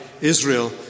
Israel